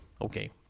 Okay